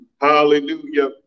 Hallelujah